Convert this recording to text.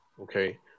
okay